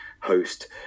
host